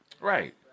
Right